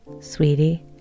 sweetie